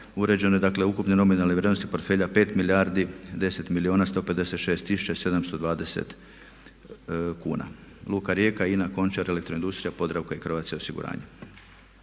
Uređeno je dakle ukupne nominalne vrijednosti portfelja 5 milijardi, 10 milijuna, 156 000 i 720 kuna Luka Rijeka, INA, Končar, Elektroindustrija i Croatia osiguranje.